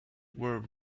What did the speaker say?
were